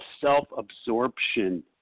self-absorption